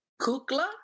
Kukla